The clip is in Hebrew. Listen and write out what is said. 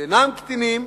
שאינם קטינים,